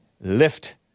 lift